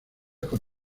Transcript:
con